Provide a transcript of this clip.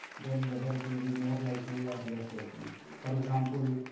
then whether it will be more likely or less likely. for example,